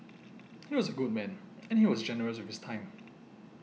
he was a good man and he was generous with his time